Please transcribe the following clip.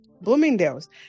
Bloomingdale's